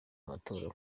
amatora